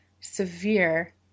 severe